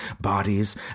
bodies